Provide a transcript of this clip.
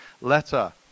letter